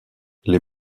les